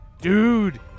Dude